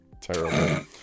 Terrible